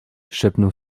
szepnął